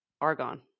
argon